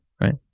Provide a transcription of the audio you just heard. right